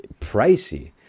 pricey